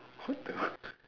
what the